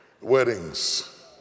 weddings